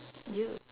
!eeyer!